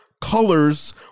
colors